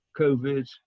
COVID